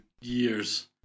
years